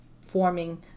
forming